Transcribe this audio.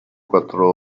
quattro